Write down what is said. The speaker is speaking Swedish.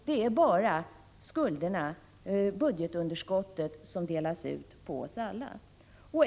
Det är bara budgetunderskottet som delas ut till oss alla.